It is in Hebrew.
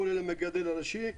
כולל המגדל הראשי,